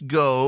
go